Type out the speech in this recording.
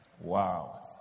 Wow